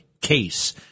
case